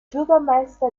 bürgermeister